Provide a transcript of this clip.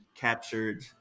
captured